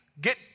get